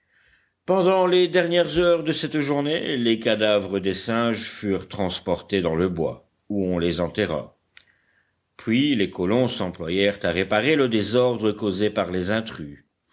pendant les dernières heures de cette journée les cadavres des singes furent transportés dans le bois où on les enterra puis les colons s'employèrent à réparer le désordre causé par les intrus